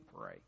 pray